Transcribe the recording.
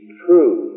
true